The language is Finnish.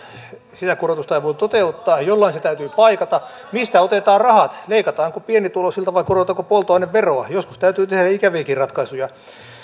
korotusta ei voi toteuttaa ja jollain se täytyy paikata niin mistä otetaan rahat leikataanko pienituloisilta vai korotetaanko polttoaineveroa joskus täytyy tehdä ikäviäkin ratkaisuja